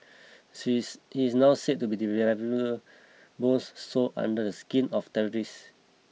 she is he is now said to be developing bombs sewn under the skin of terrorists